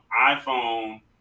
iPhone